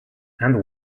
and